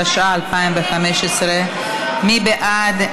התשע"ה 2015. מי בעד?